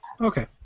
Okay